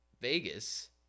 Vegas